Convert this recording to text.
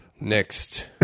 next